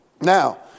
Now